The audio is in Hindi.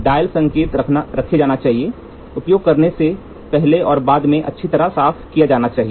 डायल संकेतक रखा जाना चाहिए उपयोग करने से पहले और बाद में अच्छी तरह से साफ किया जाना चाहिए